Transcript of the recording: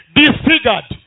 disfigured